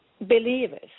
believers